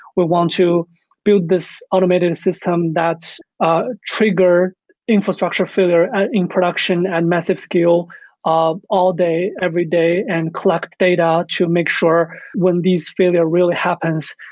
we want to build this automated system that ah trigger infrastructure failure in production and massive scale um all day every day and collect data to make sure when these failure really happens,